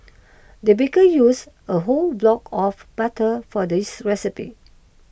the baker used a whole block of butter for this recipe